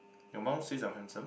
your mum says I'm handsome